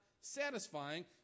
satisfying